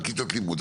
לכיתות לימוד.